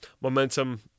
momentum